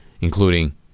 including